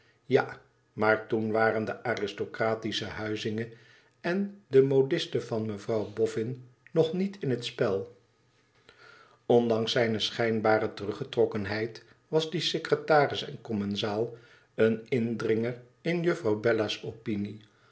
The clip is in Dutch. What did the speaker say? ja maar toen waren de aristocratische huizinge en de modiste van mevrouw boffin nog niet in het spel ondanks zijne schijnbare teruggetrokkenheid was die secretaris en commensaal een indringer in juffrouw bella's opinie